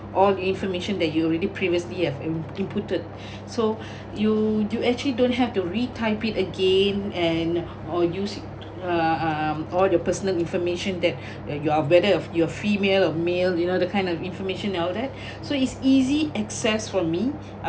all information that you already previously have in~ inputed so you you actually don't have to re-type it again and or use uh um all your personal information that you're whether you're female or male you know the kind of information and all that so it's easy access for me